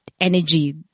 energy